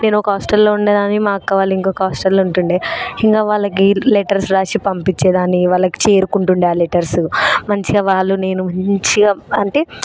నేనొక హాస్టల్లో ఉండేదాన్ని మా అక్క వాళ్ళు ఇంకొక హాస్టల్లో ఉంటుండే ఇంకా వాళ్ళకి లెటర్స్ రాసి పంపించేదాన్ని వాళ్ళకి చేరుకుంటుండే ఆ లెటర్స్ మంచిగా వాళ్ళు నేను మంచిగా అంటే